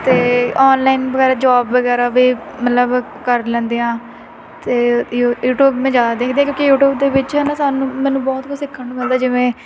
ਅਤੇ ਔਨਲਾਈਨ ਵਗੈਰਾ ਜੋਬ ਵਗੈਰਾ ਵੀ ਮਤਲਬ ਕਰ ਲੈਂਦੇ ਹਾਂ ਅਤੇ ਯੂ ਯੂਟਿਊਬ ਮੈਂ ਜਿਆਦਾ ਦੇਖਦੀ ਹਾਂ ਕਿਉਂਕਿ ਯੂਟਿਊਬ ਦੇ ਵਿੱਚ ਹੈ ਨਾ ਸਾਨੂੰ ਮੈਨੂੰ ਬਹੁਤ ਕੁਝ ਸਿੱਖਣ ਨੂੰ ਮਿਲਦਾ ਜਿਵੇਂ